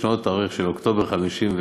אוקטובר 1953,